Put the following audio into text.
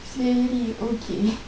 சரி:sari okay